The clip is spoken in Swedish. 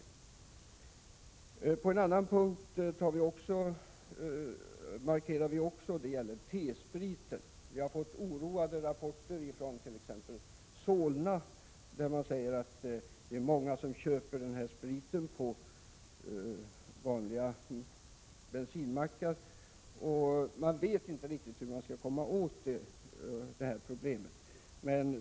Även på en annan punkt gör vi en markering. Det gäller T-spriten. Vi har fått oroande rapporter från t.ex. Solna, där många sägs köpa T-sprit på vanliga bensinmackar. Man vet inte riktigt hur man skall ta itu med problemet.